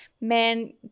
men